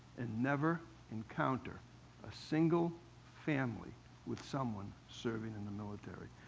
and never encounter a single family with someone serving in the military.